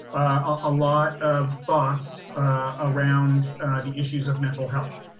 a lot of thoughts around the issues of mental health.